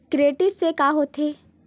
Credit से का होथे?